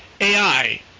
AI